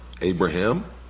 Abraham